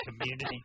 community